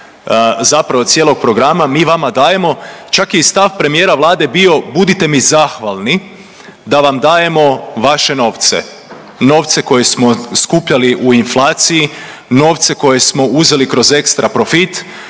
zapravo cijelog programa. Mi vama dajemo. Čak je i stav premijera Vlade bio budite mi zahvalni da vam dajemo vaše novce, novce koje smo skupljali u inflaciji, novce koje smo uzeli kroz ekstra profit,